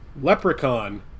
Leprechaun